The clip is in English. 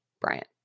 Bryant